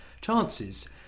chances